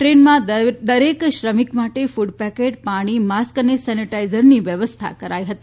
ટ્રેનમાં દરેક શ્રમિક માટે ફડ પેકેટ પાણી માસ્ક અને સેનીટાઇઝરની વ્યવસ્થા કરાઇ હતી